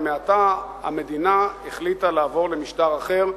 ומעתה, המדינה החליטה לעבור למשטר אחר,